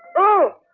oh